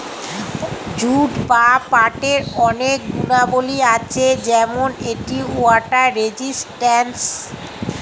jute বা পাটের অনেক গুণাবলী আছে যেমন এটি ওয়াটার রেজিস্ট্যান্স